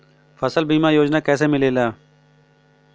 फसल बीमा योजना कैसे मिलेला?